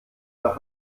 nach